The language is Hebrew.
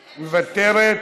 מוותרת,